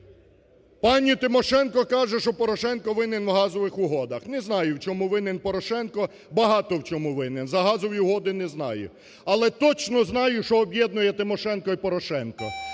Пані Тимошенко каже, що Порошенко винен в газових угодах. Не знаю, в чому винен Порошенко, багато в чому винен, за газові угоди не знаю. Але точно знаю, що об'єднує Тимошенко і Порошенко.